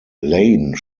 lane